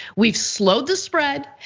we've slowed the spread,